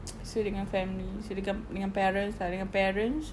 so dengan family so dengan dengan parents lah dengan parents